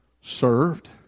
served